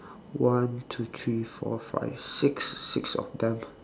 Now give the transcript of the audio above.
one two three four five six six of them